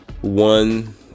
one